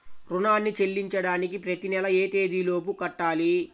రుణాన్ని చెల్లించడానికి ప్రతి నెల ఏ తేదీ లోపు కట్టాలి?